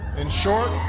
in short,